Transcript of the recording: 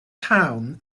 town